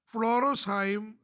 Florosheim